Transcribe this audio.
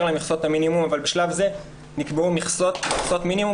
למכסות המינימום אבל בשלב זה נקבעו מכסות מינימום